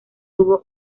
tuvo